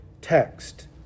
text